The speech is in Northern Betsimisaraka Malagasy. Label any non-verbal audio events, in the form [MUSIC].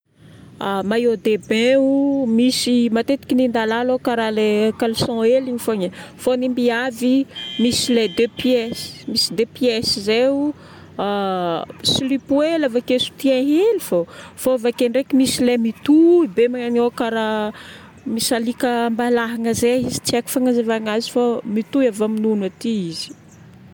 Maillot de bain o, misy [HESITATION] matetiky ny lalahy aloha karaha lay caleçon hely igny fogna e. Fô ny mbiavy, misy le deux-pièces, misy deux-pièces zay o, [HESITATION] silipo hely avake soutien hely fogna. Fô avake ndraiky misy le mitohy be manao karaha misalika ambalahagna zay izy, tsy haiko fagnazavagna azy fô mitohy avy amin'ny nono aty izy.